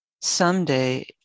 Someday